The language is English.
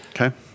Okay